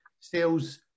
sales